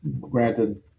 granted